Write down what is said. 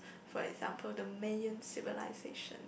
for example the Mayan civilization